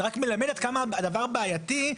זה רק מלמד כמה הדבר בעייתי.